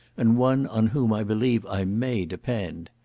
and one on whom i believe i may depend.